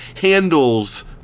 handles